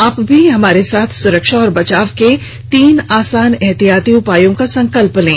आप भी हमारे साथ सुरक्षा और बचाव के तीन आसान एहतियाती उपायों का संकल्प लें